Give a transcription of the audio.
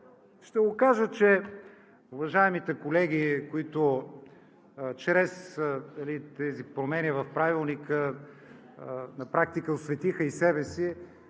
Ще го кажа, че уважаемите колеги, които чрез тези промени в Правилника, на практика осветиха и себе си.